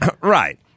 right